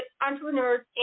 entrepreneurs